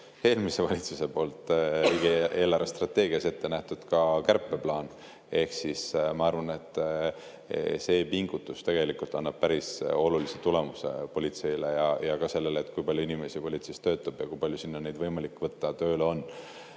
eelmise valitsuse poolt riigi eelarvestrateegias ette nähtud kärpeplaan. Ma arvan, et see pingutus annab päris olulise tulemuse politseile ja ka sellele, kui palju inimesi politseis töötab ja kui palju sinna neid võimalik tööle